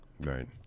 Right